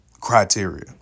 criteria